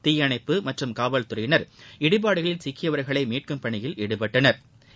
தீயணைப்புப் மற்றும் காவல்துறையினா் இடிபாடுகளில் சிக்கியவா்களை மீட்கும் பணியில் ஈடுபட்டனா்